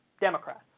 Democrats